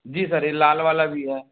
जी sir यह लाल वाला भी है